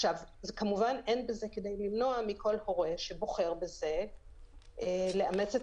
כמובן אין בזה כדי למנוע מכל הורה שבוחר בזה לאמץ את